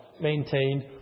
maintained